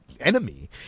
enemy